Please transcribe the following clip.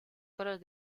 coros